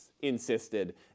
insisted